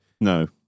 No